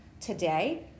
today